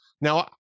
Now